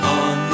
on